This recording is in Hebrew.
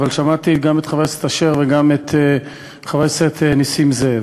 אבל שמעתי גם את חבר הכנסת אשר וגם את חבר הכנסת נסים זאב,